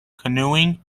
canoeing